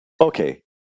Okay